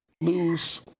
Lose